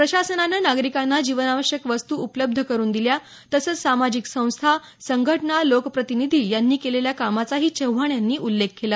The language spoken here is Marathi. प्रशासनाने नागरिकांना जीवनावश्यक वस्तू उपलब्ध करून दिल्या तसंच समाजिक संस्था संघटना लोकप्रतिनिधी यांनी केलेल्या कामाचाही चव्हाण यांनी उल्लेख केला